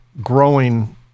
growing